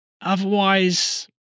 Otherwise